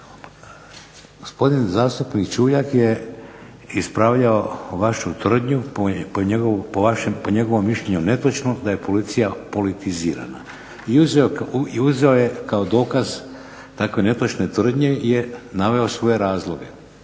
Gospodin zastupnik Čuljak je ispravljao vašu tvrdnju, po njegovom mišljenju netočnu da je policija politizirana. I uzeo je kao dokaz takve netočne tvrdnje je naveo svoje razloge.